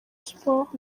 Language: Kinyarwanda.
sports